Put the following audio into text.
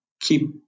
keep